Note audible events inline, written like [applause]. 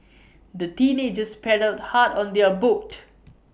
[noise] the teenagers paddled hard on their boat